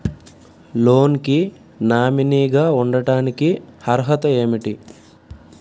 Loan కి nominee గా ఉండటానికి అర్హత ఏమిటి?